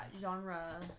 genre